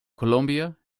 colombia